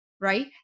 Right